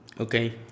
Okay